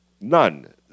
none